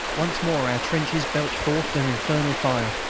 once more our trenches belched forth their infernal fire.